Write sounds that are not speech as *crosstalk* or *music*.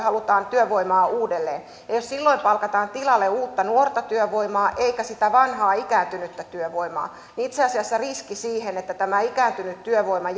*unintelligible* halutaan työvoimaa uudelleen ja jos silloin palkataan tilalle uutta nuorta työvoimaa eikä sitä vanhaa ikääntynyttä työvoimaa niin itse asiassa riski siihen että tämä ikääntynyt työvoima *unintelligible*